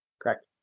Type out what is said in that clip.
Correct